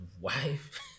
wife